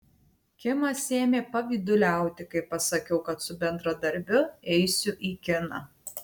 kimas ėmė pavyduliauti kai pasakiau kad su bendradarbiu eisiu į kiną